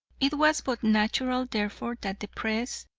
it was but natural therefore that the press,